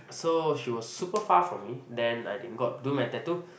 so she was super far from me then I didn't got do my tattoo